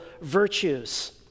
virtues